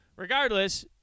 Regardless